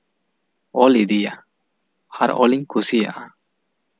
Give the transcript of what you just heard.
ᱚᱞ ᱤᱫᱤᱭᱟ ᱟᱨ ᱚᱞ ᱤᱧ ᱠᱩᱥᱤᱭᱟᱜᱼᱟ